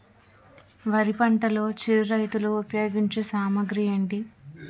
వరి పంటలో చిరు రైతులు ఉపయోగించే సామాగ్రి ఏంటి?